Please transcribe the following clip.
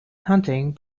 hunting